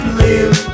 live